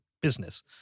business